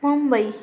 Mumbai